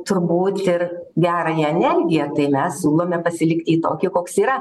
turbūt ir gerąją energiją tai mes siūlome pasilikti jį tokį koks yra